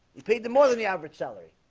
he paid them more than the average salary,